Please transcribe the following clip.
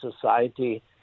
society